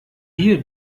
hier